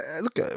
look